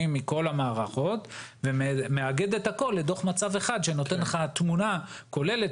מכל המערכות ומאגד את הכול לדוח מצב אחד שנותן תמונה כוללת,